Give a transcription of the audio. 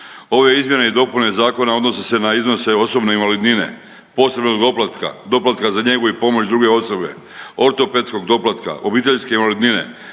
Ove izmjene i dopune zakona odnose se na iznose osobne invalidnine, posebnog doplatka, doplatka za njegu i pomoć druge osobe, ortopedskog doplatka, obiteljske invalidnine,